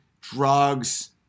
drugs